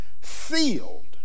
Sealed